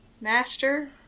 master